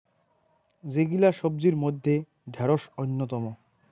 যেগিলা সবজির মইধ্যে ঢেড়স অইন্যতম